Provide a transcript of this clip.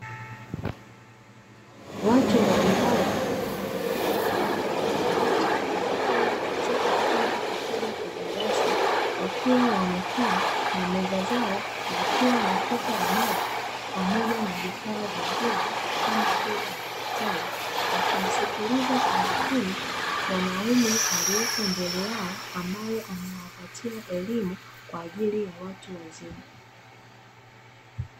Watu mbalimbali wenye rika tofauti tofauti wakiwa katika chumba kikubwa cha darasa, wakiwa wamekaa na meza zao zikiwa na chupa ya maji pamoja na vifaa vingine kama vile madaftari, wakimsikiliza kwa makini mwanaume aliyepo mbele yao ambaye anawapatia elimu kwa ajili ya watu wazima.